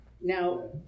Now